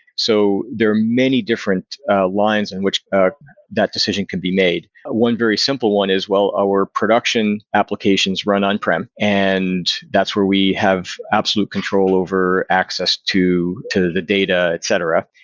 so there are many different lines in which that decision can be made. one very simple one is, well, our production applications run on-prem and that's where we have absolute control over access to to the data, etc,